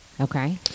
Okay